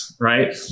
right